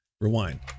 Rewind